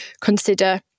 consider